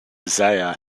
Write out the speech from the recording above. isaiah